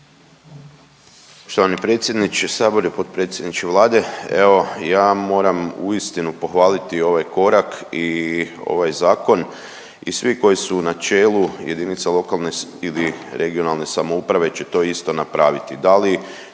Štovani predsjedniče Sabore, potpredsjedniče Vlade. Evo ja moram uistinu pohvaliti ovaj korak i ovaj zakon i svi koji su na čelu jedinica lokalne ili regionalne samouprave će to isto napraviti.